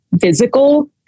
physical